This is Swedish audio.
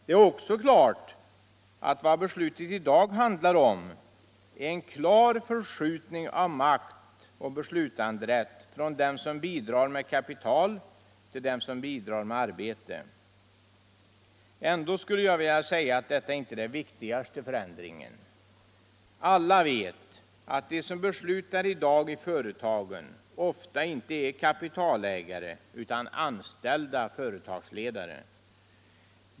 Det är också alldeles klart att vad beslutet i dag handlar om är en klar förskjutning av makt och beslutanderätt från dem som bidrar med kapital till dem som bidrar med arbete. Ändå skulle jag vilja säga att detta inte är den viktigaste förändringen. Alla vet att de som beslutar i dag i företagen ofta inte är kapitalägare utan anställda företagsledare.